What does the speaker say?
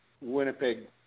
Winnipeg